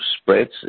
spreads